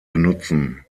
benutzen